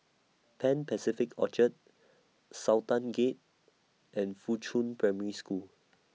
Pan Pacific Orchard Sultan Gate and Fuchun Primary School